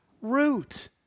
root